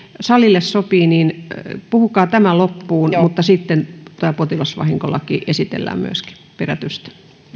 salille sopii että puhukaa tämä loppuun mutta sitten tämä potilasvahinkolaki esitellään myöskin perätysten